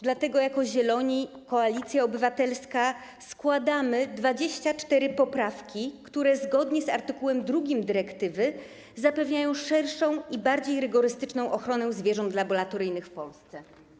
Dlatego jako Zieloni, Koalicja Obywatelska składamy 24 poprawki, które zgodnie z art. 2 dyrektywy zapewniają szerszą i bardziej rygorystyczną ochronę zwierząt laboratoryjnych w Polsce.